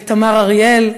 ותמר אריאל,